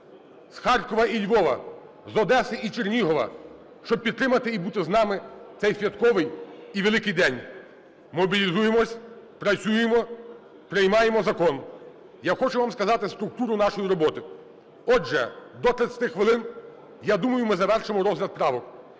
з Харкова і Львова, з Одеси і Чернігова, щоб підтримати і бути з нами в цей святковий і великий день. Мобілізуємось, працюємо, приймаємо закон. Я хочу вам сказати структуру нашої роботи. Отже, до 30 хвилин, я думаю, ми завершимо розгляд правок.